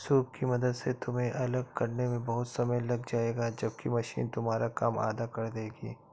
soup की मदद से तुम्हें अलग करने में बहुत समय लग जाएगा जबकि मशीन तुम्हारा काम आधा कर देगी